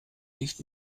nicht